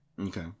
okay